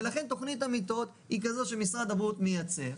ולכן תוכנית המיטות היא כזאת שמשרד הבריאות מייצר,